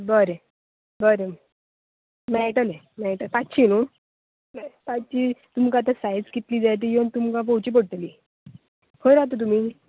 बरें बरें मेळटले मेळटा पांचशी नू पांचशी तुमका ते सायज कितली जाय ती तुमका येवन पळोवची पडटली खंय रावता तुमी